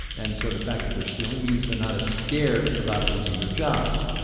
and so the fact that they're stealing means they're not as scared about losing their jobs.